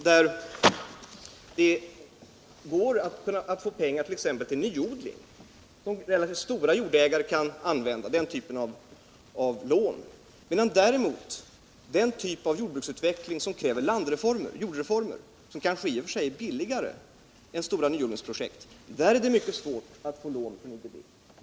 Det går att få pengar till nyodling. en typ av lån som även stora jordägare kan utnyttja. För den typav utveckling som kräver jordreformer, något som kanske i och för sig är billigare än stora nyodlingsprojekt, är det däremot mycket svårt att få lån från IDB.